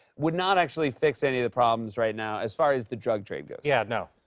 would not actually fix any of the problems right now as far as the drug trade goes. yeah, no.